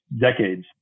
decades